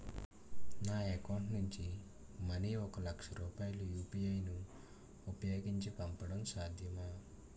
నా అకౌంట్ నుంచి మనీ ఒక లక్ష రూపాయలు యు.పి.ఐ ను ఉపయోగించి పంపడం సాధ్యమా?